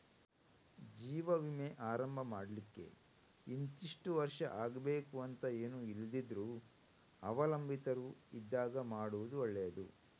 ಜೀವ ವಿಮೆ ಆರಂಭ ಮಾಡ್ಲಿಕ್ಕೆ ಇಂತಿಷ್ಟು ವರ್ಷ ಆಗ್ಬೇಕು ಅಂತ ಏನೂ ಇಲ್ದಿದ್ರೂ ಅವಲಂಬಿತರು ಇದ್ದಾಗ ಮಾಡುದು ಒಳ್ಳೆದು